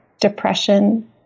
depression